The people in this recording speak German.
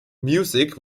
music